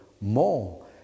more